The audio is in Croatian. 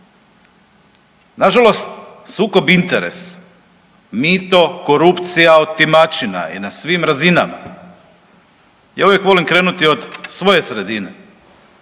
Nažalost sukob interes, mito, korupcija i otimačina je na svim razinama. Ja uvijek volim krenuti od svoje sredine.